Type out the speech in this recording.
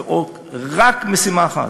רק משימה אחת,